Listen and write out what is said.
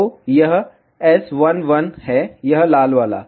तो यह S11 है यह लाल वाला